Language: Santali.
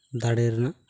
ᱫᱟᱲᱮ ᱨᱮᱱᱟᱜ